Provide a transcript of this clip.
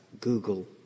Google